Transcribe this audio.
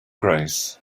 grace